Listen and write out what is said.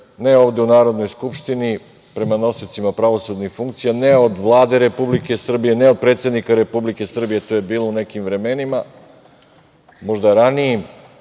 ne ovde u Narodnoj skupštini prema nosiocima pravosudnih funkcija, ne od Vlade Republike Srbije, ne od predsednika Republike Srbije, to je bilo u nekim vremenima, možda ranijim